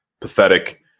pathetic